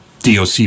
DOC